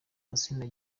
asinah